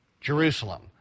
Jerusalem